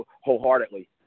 wholeheartedly